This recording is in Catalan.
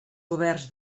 oberts